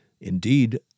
indeed